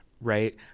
right